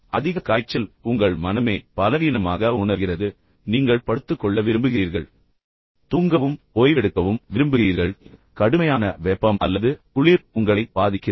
அதிக காய்ச்சல் எனவே உங்கள் மனமே பலவீனமாக உணர்கிறது நீங்கள் படுத்துக் கொள்ள விரும்புகிறீர்கள் மேலும் தூங்கவும் மற்றும் ஓய்வெடுக்கவும் விரும்புகிறீர்கள் கடுமையான வெப்பம் அல்லது குளிர் மீண்டும் உங்களை பாதிக்கிறது